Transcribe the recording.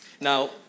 now